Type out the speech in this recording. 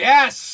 Yes